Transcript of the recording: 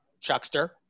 chuckster